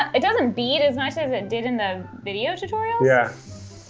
it doesn't bead as much as it did in the video tutorials. yeah